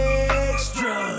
extra